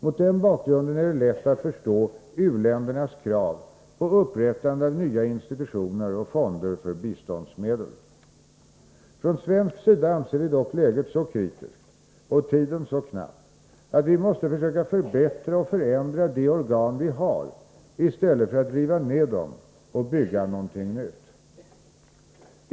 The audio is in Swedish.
Mot den bakgrunden är det lätt att förstå u-ländernas krav på upprättandet av nya institutioner och fonder för biståndsmedel. Från svensk sida anser vi dock läget så kritiskt och tiden så knapp, att vi måste försöka förbättra och förändra de organ vi har i stället för att riva ned dem och bygga upp någonting nytt.